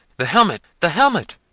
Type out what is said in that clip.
the helmet! the helmet!